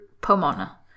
Pomona